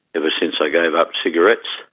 ever since i gave up cigarettes.